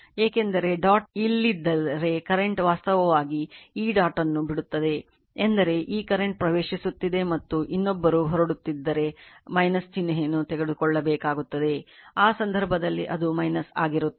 ಏಕೆಂದರೆ ಡಾಟ್ ಇಲ್ಲಿದ್ದರೆ ಕರೆಂಟ್ ವಾಸ್ತವವಾಗಿ ಈ ಡಾಟ್ ಅನ್ನು ಬಿಡುತ್ತದೆ ಎಂದರೆ ಈ ಕರೆಂಟ್ ಪ್ರವೇಶಿಸುತ್ತಿದೆ ಮತ್ತು ಇನ್ನೊಬ್ಬರು ಹೊರಡುತ್ತಿದ್ದರೆ ಚಿಹ್ನೆಯನ್ನು ತೆಗೆದುಕೊಳ್ಳಬೇಕಾಗುತ್ತದೆ ಆ ಸಂದರ್ಭದಲ್ಲಿ ಅದು ಆಗಿರುತ್ತದೆ